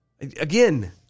again